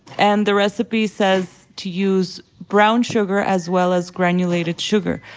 and the recipe says to use brown sugar as well as granulated sugar.